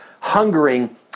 hungering